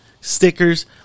stickers